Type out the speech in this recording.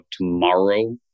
tomorrow